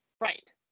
Right